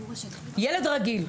ילד רגיל,